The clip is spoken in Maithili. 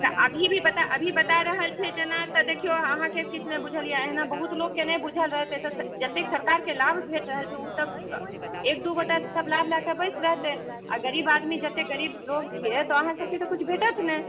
अच्छा अभी बता रहल छियै जेना तऽ देखियौ अहाँकेँ किछु नहि बुझल यऽ बहुत लोकके नहि बुझल रहै छै तऽ जतेक सरकारके लाभ भेट रहल छै ओ सभ एक दू गोटा सभ लय लऽ कऽ बैस रहतै आ गरीब आदमी जतेक गरीब लोक छियै तऽ अहॉं सभकेँ तऽ किछु भेटत नहि